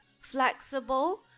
flexible